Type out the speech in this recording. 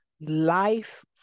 life